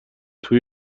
توی